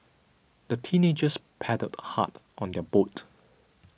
the teenagers paddled hard on their boat